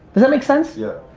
does that make sense? yeah.